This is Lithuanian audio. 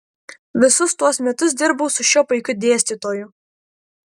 visus tuos metus dirbau su šiuo puikiu dėstytoju